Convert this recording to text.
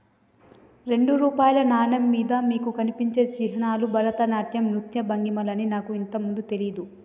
రెండు రూపాయల నాణెం మీద మీకు కనిపించే చిహ్నాలు భరతనాట్యం నృత్య భంగిమలని నాకు ఇంతకు ముందు తెలియదు